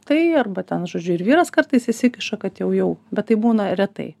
tai arba ten žodžiu ir vyras kartais įsikiša kad jau jau bet tai būna retai